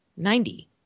Ninety